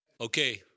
Okay